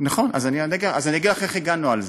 + וגם, נכון, אז אני אגיד לך איך הגנו על זה.